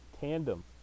tandem